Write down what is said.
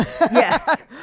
yes